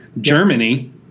Germany